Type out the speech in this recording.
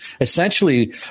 essentially